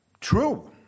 true